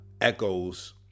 echoes